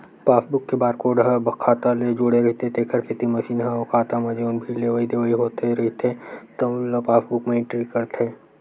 passbook के barcode ह खाता ले जुड़े रहिथे तेखर सेती मसीन ह ओ खाता म जउन भी लेवइ देवइ होए रहिथे तउन ल पासबूक म एंटरी करथे